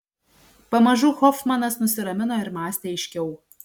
pamažu hofmanas nusiramino ir mąstė aiškiau